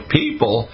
people